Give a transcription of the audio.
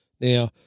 Now